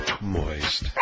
Moist